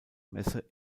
messe